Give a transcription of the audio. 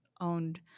owned